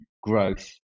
growth